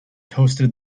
toasted